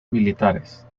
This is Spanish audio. militares